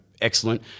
excellent